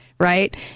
Right